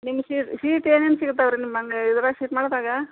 ನಿಮ್ಮ seat seat ಏನೇನು ಸಿಗ್ತಾವೆ ರೀ ನಿಮ್ಮ ಅಂಗ್ ಇದ್ರಾಗ ಸೀಟ್ ಮಾರ್ಟಾಗ